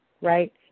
right